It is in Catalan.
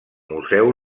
museu